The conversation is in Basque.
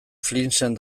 flinsen